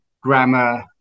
grammar